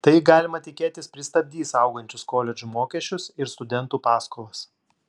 tai galima tikėtis pristabdys augančius koledžų mokesčius ir studentų paskolas